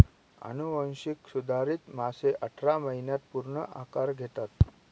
अनुवांशिक सुधारित मासे अठरा महिन्यांत पूर्ण आकार घेतात